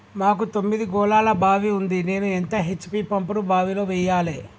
మాకు తొమ్మిది గోళాల బావి ఉంది నేను ఎంత హెచ్.పి పంపును బావిలో వెయ్యాలే?